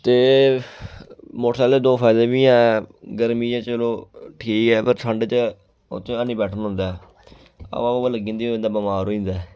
ते मोटरसैकल च दो फायदे बी ऐ गर्मी च चलो ठीक ऐ पर ठंड च उत्थ हैनी बैठना होंदा ऐ हवा हूवा लग्गी जंदी होई जंदी ऐ बंदा बमार होई जंदा ऐ